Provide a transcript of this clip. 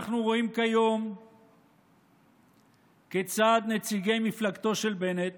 אנחנו רואים כיום כיצד נציגי מפלגתו של בנט